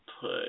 put